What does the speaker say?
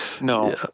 no